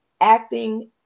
acting